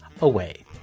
away